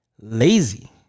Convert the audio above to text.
lazy